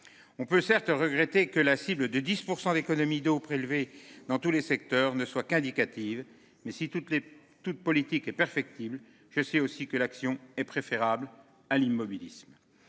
On peut certes regretter que la cible de 10% d'économie d'eau prélevée dans tous les secteurs ne soient qu'indicatives mais si toutes les toute politique est perfectible. Je sais aussi que l'action est préférable à l'immobilisme.